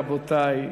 רבותי,